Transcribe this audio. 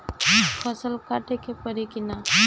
फसल काटे के परी कि न?